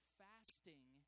fasting